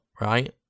right